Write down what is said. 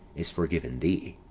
is forgiven thee.